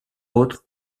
autres